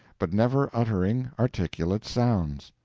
but never uttering articulate sounds.